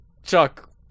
chuck